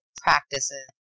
practices